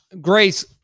Grace